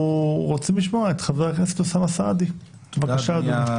חבר הכנסת סעדי, בבקשה, אדוני.